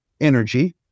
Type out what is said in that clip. energy